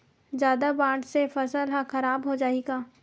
जादा बाढ़ से फसल ह खराब हो जाहि का?